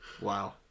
wow